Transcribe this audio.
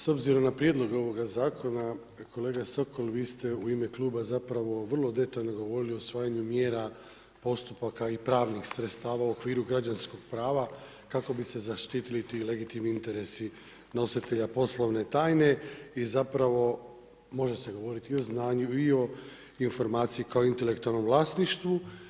S obzirom na Prijedlog ovoga zakona kolega Sokol vi ste u ime kluba zapravo vrlo detaljno govorili o usvajanju mjera, postupaka i pravnih sredstava u okviru građanskog prava kako bi se zaštitili ti legitimni interesi nositelja poslovne tajne i zapravo može se govoriti i o znaju, i o informaciji kao intelektualnom vlasništvu.